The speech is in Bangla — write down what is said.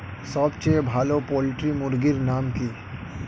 সবথেকে ভালো পোল্ট্রি মুরগির নাম কি?